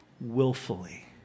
willfully